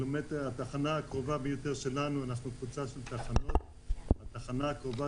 אנחנו קבוצה של טחנות והטחנה הקרובה